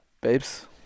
Babes